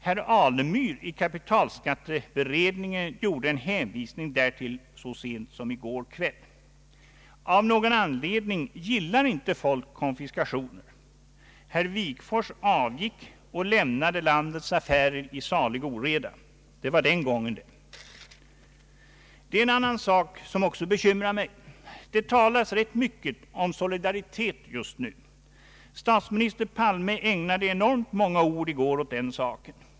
Herr Alemyr i kapitalskatteberedningen gjorde en antydan däråt så sent som i går kväll. Av någon anledning gillar inte folk konfiskationer. Herr Wigforss avgick och lämnade landets affärer i salig oreda. Det var den gången det. Det är en annan sak som också bekymrar mig. Det talas rätt mycket om solidaritet just nu, Statsminister Palme ägnade enormt många ord i går åt den saken.